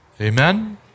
Amen